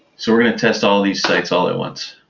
so we're going to test all these sites all at once.